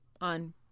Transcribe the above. on